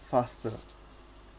faster